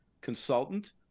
consultant